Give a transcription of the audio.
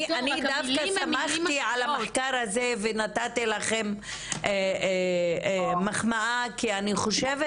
אני דווקא שמחתי על המחקר הזה ונתתי לכם מחמאה כי אני חושבת